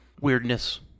weirdness